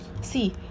see